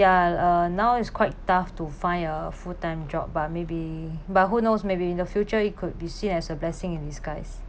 there are uh now it's quite tough to find a full time job but maybe but who knows maybe in the future it could be seen as a blessing in disguise